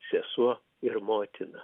sesuo ir motina